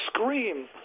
scream